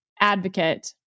advocate